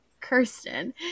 Kirsten